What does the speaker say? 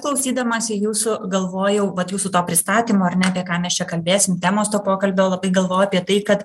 klausydamasi jūsų galvojau vat jūsų to pristatymo ar ne apie ką mes čia kalbėsim temos to pokalbio labai galvojau apie tai kad